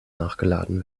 nachgeladen